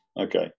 Okay